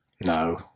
No